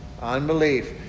Unbelief